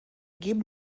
geben